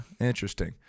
interesting